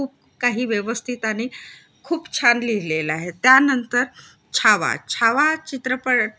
खूप काही व्यवस्थित आणि खूप छान लिहिलेलं आहे त्यानंतर छावा छावा चित्रपट